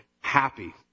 happy